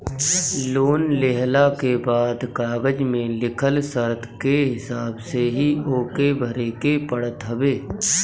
loan लेहला के बाद कागज में लिखल शर्त के हिसाब से ही ओके भरे के पड़त हवे